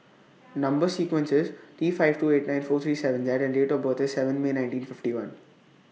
Number sequence IS T five two eight nine four three seven Z and Date of birth IS seven May nineteen fifty one